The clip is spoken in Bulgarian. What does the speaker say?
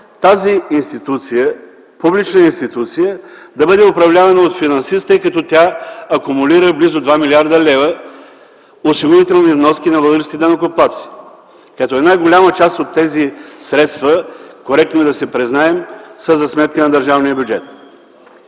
тази публична институция да бъде управлявана от финансист, тъй като акумулира близо 2 млрд. лв. осигурителни вноски на българските данъкоплатци. Голяма част от тези средства – коректно е да си го признаем – са за сметка на държавния бюджет.